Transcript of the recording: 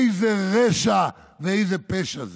איזה רשע ואיזה פשע זה.